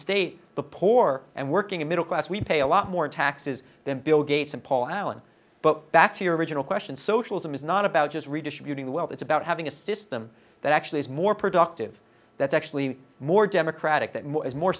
state the poor and working middle class we pay a lot more in taxes than bill gates and paul allen but back to your original question socialism is not about just redistributing the wealth it's about having a system that actually is more productive that's actually more democratic that more